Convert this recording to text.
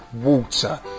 water